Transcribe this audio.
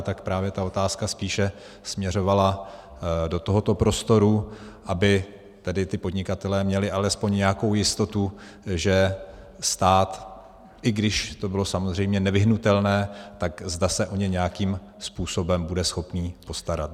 Tak právě ta otázka směřovala spíše do tohoto prostoru, aby ti podnikatelé měli alespoň nějakou jistotu, že stát, i když to bylo samozřejmě nevyhnutelné, tak zda se o ně nějakým způsobem bude schopen postarat.